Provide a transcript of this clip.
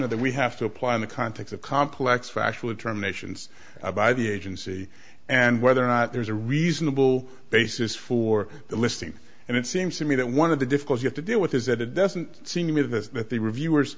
that we have to apply in the context of complex factual terminations by the agency and whether or not there's a reasonable basis for the listing and it seems to me that one of the difficult you have to deal with is that it doesn't seem to me this that the reviewers